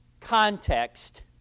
context